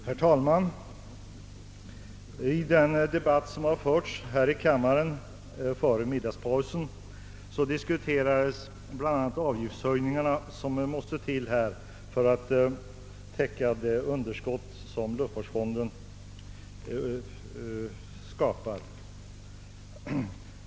Herr talman! I den debatt som har förts här i kammaren före middagspausen diskuterades de avgiftshöjningar som behövs för att täcka det underskott som luftfartsfonden uppvisar.